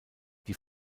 die